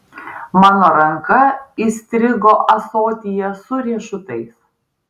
mano ranka įstrigo ąsotyje su riešutais